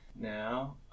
now